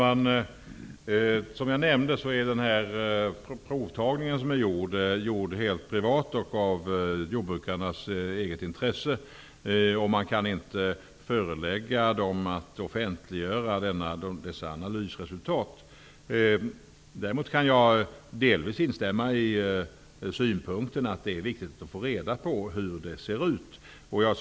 Fru talman! Den provtagning som är gjord är helt privat gjord, av jordbrukarnas eget intresse. Man kan inte förelägga dessa jordbrukare att offentliggöra analysresultaten. Däremot kan jag delvis instämma beträffande synpunkten att det är viktigt att få reda på hur det förhåller sig.